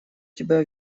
тебя